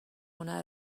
خونه